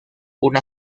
una